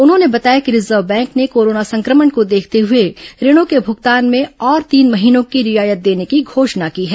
उन्होंने बताया कि रिजर्व बैंक ने कोरोना संक्रमण को देखते हुए ऋणों के भूगतान में और तीन महीनों की रियायत देने की घोषणा की है